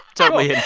totally yeah